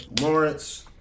Lawrence